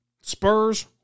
Spurs